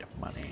money